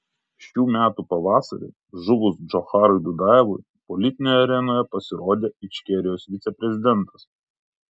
šių metų pavasarį žuvus džocharui dudajevui politinėje arenoje pasirodė ičkerijos viceprezidentas